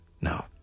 No